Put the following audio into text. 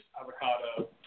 Avocado